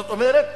זאת אומרת,